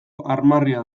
armarria